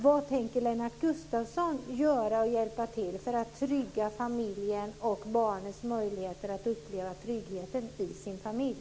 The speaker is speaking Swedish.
Vad tänker Lennart Gustavsson göra för barnets möjligheter att uppleva tryggheten i sin familj?